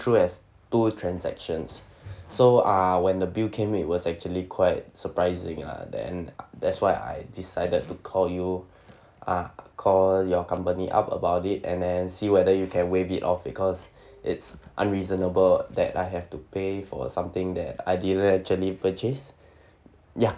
through as two transactions so uh when the bill came it was actually quite surprising lah then uh that's why I decided to call you ah call your company up about it and then see whether you can waive it off because it's unreasonable that I have to pay for something that I didn't actually purchase ya